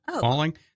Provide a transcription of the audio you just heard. Falling